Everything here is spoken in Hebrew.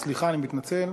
סליחה, אני מתנצל,